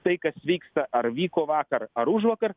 tai kas vyksta ar vyko vakar ar užvakar